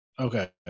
okay